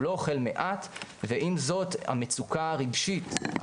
הוא לא אוכל מעט ועם זאת המצוקה הרגשית,